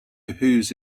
whose